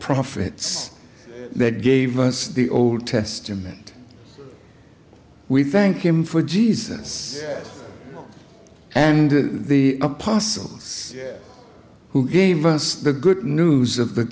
profits that gave us the old testament we thank him for jesus and the apostles who gave us the good news of the